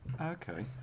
okay